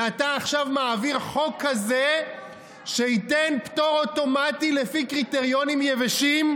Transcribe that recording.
ואתה עכשיו מעביר חוק כזה שייתן פטור אוטומטי לפי קריטריונים יבשים,